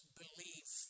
believe